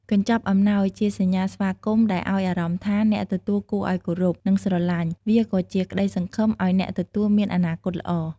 កញ្ចប់អំណោយជាសញ្ញាស្វាគមន៍ដែលឱ្យអារម្មណ៍ថា អ្នកទទួលគួរឱ្យគោរព និងស្រលាញ់។ វាក៏ជាក្ដីសង្ឃឹមឱ្យអ្នកទទួលមានអនាគតល្អ។